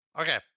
okay